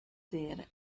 there